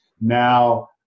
now –